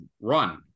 run